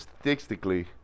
statistically